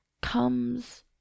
comes